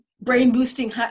brain-boosting